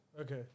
Okay